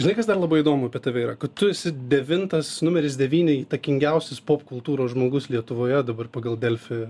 žinai kas dar labai įdomu apie tave yra kad tu esi devintas numeris devyni įtakingiausias popkultūros žmogus lietuvoje dabar pagal delfi